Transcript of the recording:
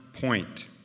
point